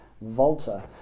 Volta